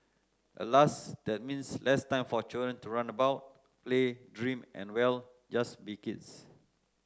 alas that means less time for children to run about play dream and well just be kids